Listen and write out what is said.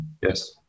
yes